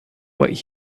what